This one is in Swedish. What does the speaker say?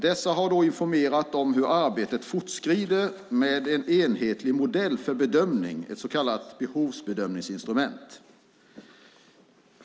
Dessa har informerat om hur arbetet fortskrider med en enhetlig modell för bedömning, ett så kallat behovsbedömningsinstrument.